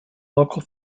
local